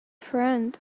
friend